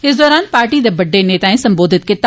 इंस दरान पार्टी दे बड़डे नेताए संबोधित कीता